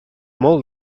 molt